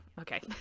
Okay